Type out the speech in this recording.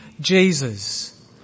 Jesus